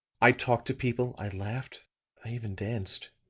i talked to people i laughed i even danced.